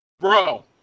Bro